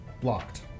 blocked